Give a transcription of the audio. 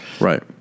Right